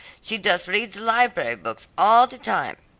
she just reads library books all the time.